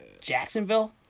Jacksonville